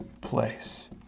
place